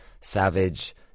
Savage